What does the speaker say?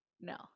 No